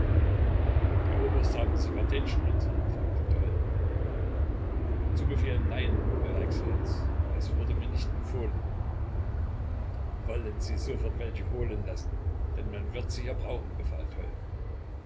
oberst haben sie kartätschen mit fragte toll zu befehl nein euer exzellenz es wurde mir nicht befohlen wollen sie sofort welche holen lassen denn man wird sie bald brauchen befahl toll